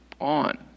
on